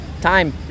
time